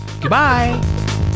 Goodbye